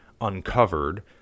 Uncovered